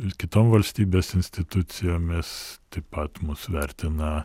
ir kitom valstybės institucijomis taip pat mus vertina